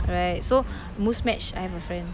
right so Muzmatch I have a friend